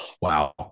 wow